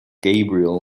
gabriel